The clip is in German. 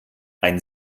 ein